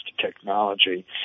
technology